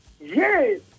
Yes